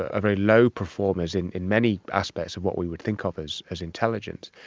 ah very low performers in in many aspects of what we would think of as as intelligence,